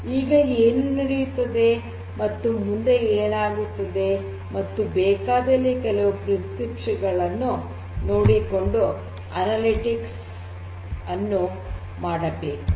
ಈಗ ಏನು ನಡೆಯುತ್ತಿದೆ ಮತ್ತು ಮುಂದೆ ಏನಾಗುತ್ತದೆ ಮತ್ತು ಬೇಕಾದಲ್ಲಿ ಕೆಲವು ಪ್ರಿಸ್ಕ್ರಿಪ್ಸನ್ಸ್ ಗಳನ್ನು ನೋಡಿಕೊಂಡು ಅನಲಿಟಿಕ್ಸ್ ಅನ್ನು ಮಾಡಬೇಕು